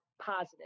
positive